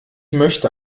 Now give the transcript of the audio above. möchte